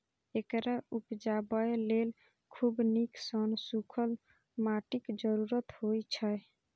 एकरा उपजाबय लेल खूब नीक सं सूखल माटिक जरूरत होइ छै